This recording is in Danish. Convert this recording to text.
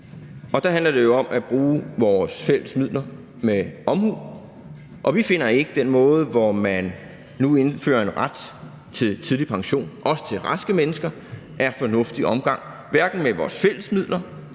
Og der handler det jo om at bruge vores fælles midler med omhu, og vi finder ikke, at den måde, hvorpå man nu indfører en ret til tidligere pension, også til raske mennesker, er fornuftig omgang med vores fælles midler